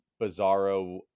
bizarro